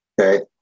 Okay